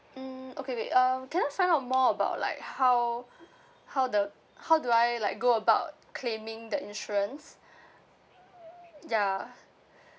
um okay wait um can I find out more about like how how the how do I like go about claiming the insurance ya